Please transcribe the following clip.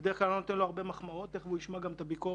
אני בדרך כלל לא נותן לו הרבה מחמאות ותכף הוא גם ישמע את הביקורת,